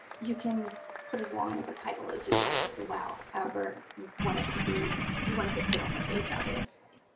you can put as long of a title as you'd like as well. however, you'd want it to be you'd want it to fit on the page, obviously.